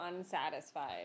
unsatisfied